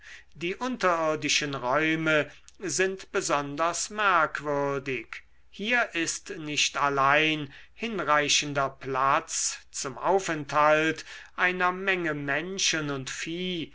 die unterirdischen räume sind besonders merkwürdig hier ist nicht allein hinreichender platz zum aufenthalt einer menge menschen und vieh